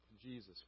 Jesus